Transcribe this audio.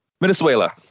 Venezuela